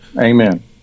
Amen